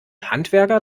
handwerker